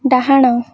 ଡାହାଣ